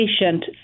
patient